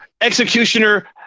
executioner